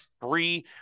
free